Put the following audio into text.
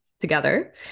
together